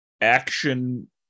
action